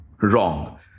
Wrong